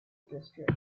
district